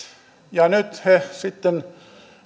ja nyt he sitten